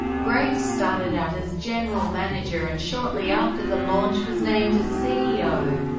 graves started out as general manager and shortly after the launch was named as ceo.